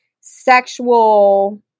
sexual